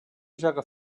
joga